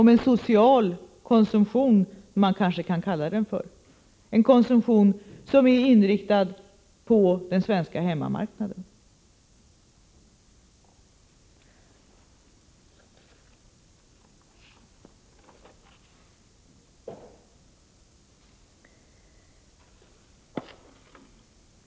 Man kan kanske kalla det för en social konsumtion — en konsumtion inriktad på den svenska hemmamarknaden.